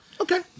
Okay